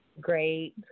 great